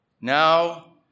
Now